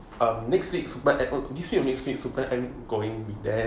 um netflix super M super M is going to be damn